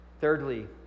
Thirdly